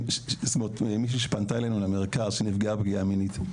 מישהי שפנתה אלינו למרכז שנפגעה פגיעה מינית,